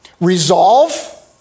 Resolve